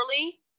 early